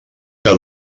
que